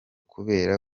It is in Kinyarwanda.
kubera